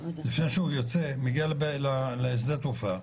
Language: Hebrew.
זה שלפני שהוא יוצא והוא מגיע לשדה התעופה,